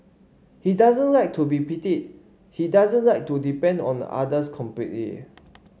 he doesn't like to be pitied he doesn't like to depend on the others completely